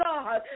God